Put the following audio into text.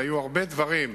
היו הרבה דברים,